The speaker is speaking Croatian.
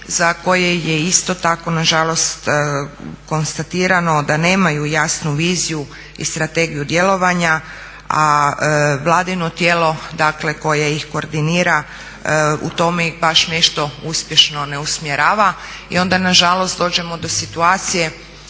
za koje je isto tako na žalost konstatirano da nemaju jasnu viziju i strategiju djelovanja, a vladino tijelo, dakle koje ih koordinira u tome ih baš nešto uspješno ne usmjerava i onda nažalost dođemo do situacije